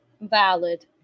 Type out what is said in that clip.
valid